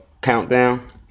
countdown